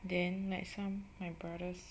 then like some my brother's